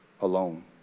alone